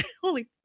Holy